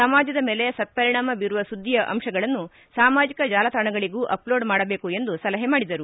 ಸಮಾಜದ ಮೇಲೆ ಸತ್ಪರಿಣಾಮ ಬೀರುವ ಸುದ್ದಿಯ ಅಂಶಗಳನ್ನು ಸಾಮಾಜಿಕ ಜಾಲತಾಣಗಳಗೂ ಅಪ್ಲೋಡ್ ಮಾಡಬೇಕು ಎಂದು ಸಲಹೆ ಮಾಡಿದರು